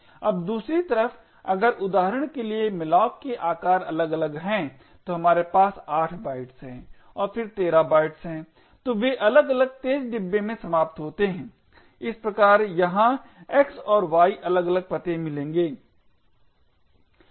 अब दूसरी तरफ अगर उदाहरण के लिए malloc के आकार अलग अलग हैं तो हमारे पास 8 बाइट्स हैं और फिर 13 बाइट्स हैं तो वे अलग अलग तेज डिब्बे में समाप्त होते हैं इस प्रकार यहाँ x और y को अलग अलग पते मिलेंगे